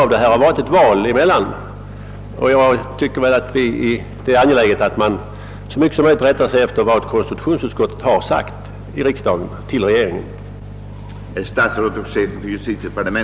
Vi har ju haft ett val sedan dess, och jag tycker det är angeläget att man så mycket som möjligt rättar sig efter vad konstitutionsutskottet då skrev med adress till regeringen.